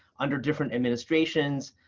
under different administrations,